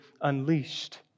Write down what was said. unleashed